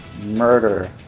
murder